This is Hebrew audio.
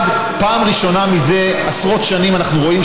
פעם ראשונה מזה עשרות שנים אנחנו רואים